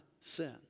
sin